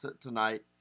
tonight